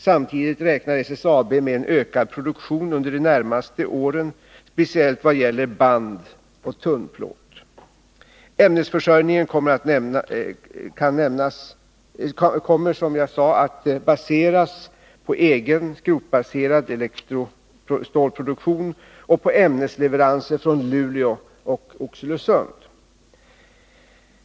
Samtidigt räknar SSAB med en ökad produktion under de närmaste åren, speciellt vad gäller band och tunnplåt. Ämnesförsörjningen kommer, som jag sade, att baseras på en egen skrotbaserad elektrostålproduktion samt på ämnesleveranser från Luleå och Oxelösund.